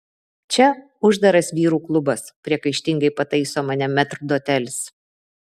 čia uždaras vyrų klubas priekaištingai pataiso mane metrdotelis